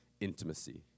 intimacy